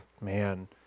Man